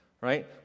right